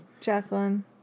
Jacqueline